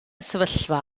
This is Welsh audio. sefyllfa